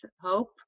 hope